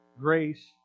Grace